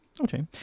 Okay